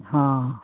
ହଁ